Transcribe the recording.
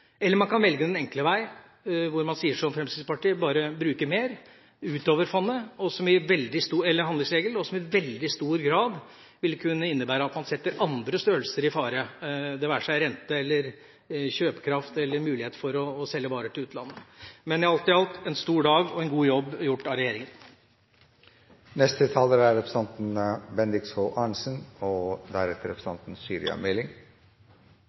eller man kan velge den enkle vei hvor man sier som Fremskrittspartiet: bare bruke mer utover handlingsregelen. Det vil i veldig stor grad kunne innebære at man setter andre størrelser i fare, det være seg rente, kjøpekraft eller muligheter for å selge varer til utlandet. Men dette er alt i alt en stor dag, og regjeringa har gjort en god jobb. Gratulerer med dagen – kanskje i dobbelt forstand til saksordfører Anne Marit Bjørnflaten, som har bursdag i dag. Samferdselstilbudene er helt nødvendig for næringsaktivitet og